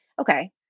okay